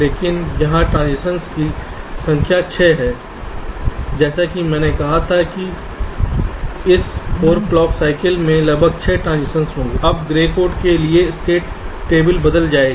लेकिन यहाँ ट्रांजिशंस की संख्या 6 है जैसा कि मैंने कहा था कि इस 4 क्लॉक साइकिल में लगभग 6 ट्रांजिशंस होंगे अब ग्रे कोड के लिए स्टेट टेबल बदल जाएगी